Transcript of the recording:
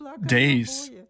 days